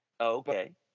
Okay